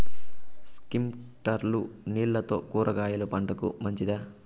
స్ప్రింక్లర్లు నీళ్లతో కూరగాయల పంటకు మంచిదా?